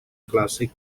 classic